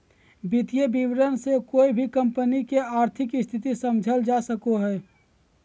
वित्तीय विवरण से कोय भी कम्पनी के आर्थिक स्थिति समझल जा सको हय